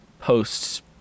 posts